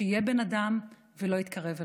שיהיה בן אדם ולא יתקרב אליו.